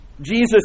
Jesus